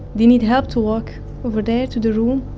they need help to walk over there to the room